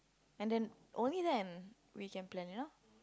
and then only then we can plan you know